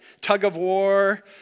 tug-of-war